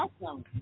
awesome